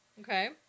Okay